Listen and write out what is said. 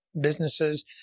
businesses